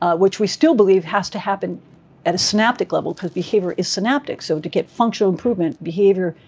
ah which we still believe has to happen at a synaptic level, because behavior is synaptic. so to get functional improvement behavior,